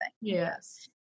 Yes